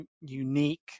unique